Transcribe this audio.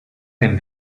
dem